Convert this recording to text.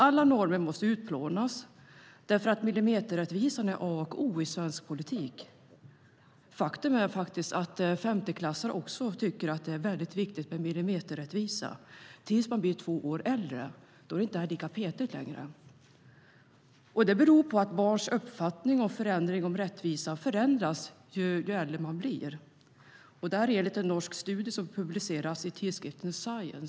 Alla normer måste utplånas därför att millimeterrättvisan är A och O i svensk politik. Faktum är att femteklassare också tycker att det är mycket viktigt med millimeterrättvisa, men när de blir två år äldre är det inte lika petigt längre. Det beror på att barns uppfattning om rättvisa förändras ju äldre de blir. Det kan man läsa i en norsk studie som publicerats i tidskriften Science.